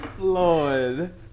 Lord